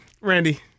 Randy